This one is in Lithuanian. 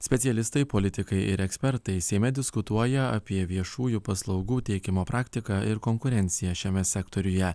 specialistai politikai ir ekspertai seime diskutuoja apie viešųjų paslaugų teikimo praktiką ir konkurenciją šiame sektoriuje